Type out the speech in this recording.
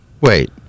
Wait